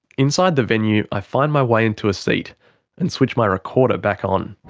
inside the venue i find my way into a seat and switch my recorder back on.